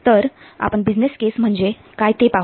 तर आपण प्रथम बिझनेस केस म्हणजे काय ते पाहू